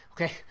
Okay